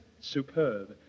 superb